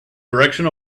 direction